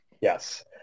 Yes